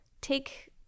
take